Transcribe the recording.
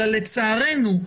לצערנו,